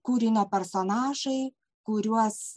kūrinio personažai kuriuos